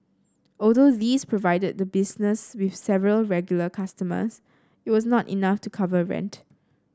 although these provided the business with several regular customers it was not enough to cover rent